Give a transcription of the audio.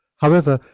however,